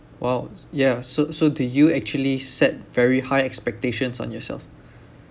!wow! yeah so so do you actually set very high expectations on yourself